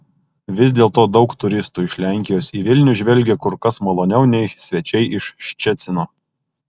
vis dėlto daug turistų iš lenkijos į vilnių žvelgia kur kas maloniau nei svečiai iš ščecino